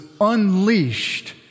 unleashed